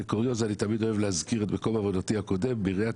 כקוריוז אני תמיד אוהב להזכיר את מקום עבודתי הקודם בעיריית